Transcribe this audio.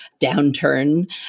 downturn